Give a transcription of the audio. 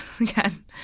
again